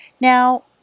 Now